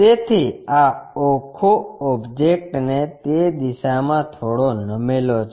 તેથી આ આખો ઓબ્જેકટ તે દિશામાં થોડો નમેલો છે